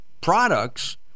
products